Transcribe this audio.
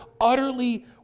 utterly